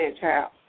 child